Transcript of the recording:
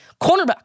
Cornerback